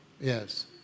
Yes